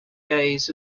days